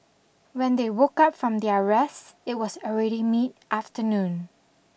when they woke up from their rest it was already mid afternoon